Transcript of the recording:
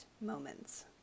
moments